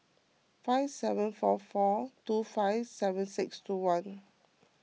five seven four four two five seven six two one